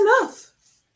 enough